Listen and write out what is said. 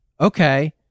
okay